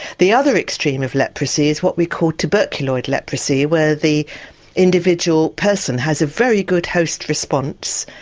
the other extreme of leprosy is what we call tuberculoid leprosy where the individual person has a very good host response.